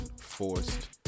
forced